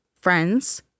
friends